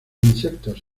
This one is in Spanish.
insectos